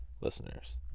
listeners